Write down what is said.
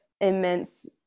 immense